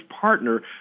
partner